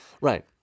Right